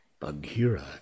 Bagheera